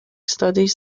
studies